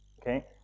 okay